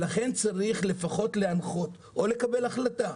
לכן צריך להנחות או לקבל החלטה,